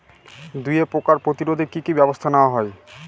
দুয়ে পোকার প্রতিরোধে কি কি ব্যাবস্থা নেওয়া হয়?